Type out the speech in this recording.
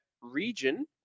region